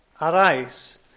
arise